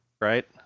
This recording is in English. right